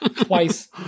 twice